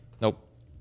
Nope